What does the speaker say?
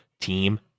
team